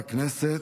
חברי הכנסת,